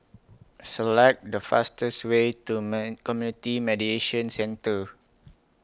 Select The fastest Way to men Community Mediation Centre